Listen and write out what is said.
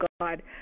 God